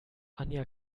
anja